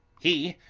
he,